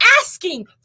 asking